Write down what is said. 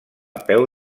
peu